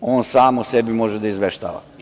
On sam o sebi može da izveštava.